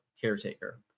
caretaker